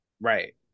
Right